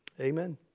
Amen